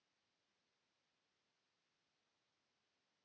Kiitos.